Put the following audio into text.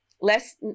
less